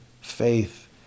faith